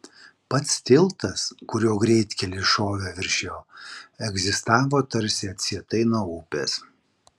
pats tiltas kuriuo greitkelis šovė virš jo egzistavo tarsi atsietai nuo upės